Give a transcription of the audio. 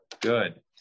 good